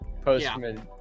postman